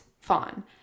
fawn